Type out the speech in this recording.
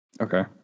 Okay